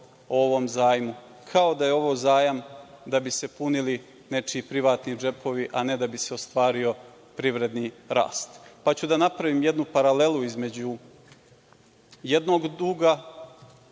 o ovom zajmu, kao da je ovo zajam da bi se punili nečiji privatni džepovi, a ne da bi se ostvario privredni rast, pa ću da napravim jednu paralelu između jednog duga,